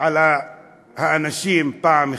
על האנשים פעם אחת,